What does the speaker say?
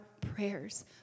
prayers